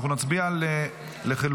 אנחנו נצביע על לחלופין.